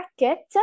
market